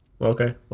Okay